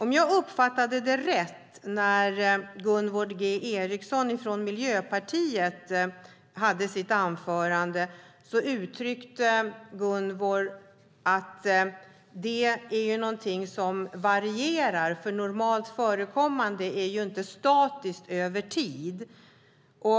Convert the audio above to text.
Om jag uppfattade det Gunvor G Ericson sade i sitt anförande rätt, uttryckte hon att det är någonting som varierar eftersom "normalt förkommande" inte är statiskt över tiden.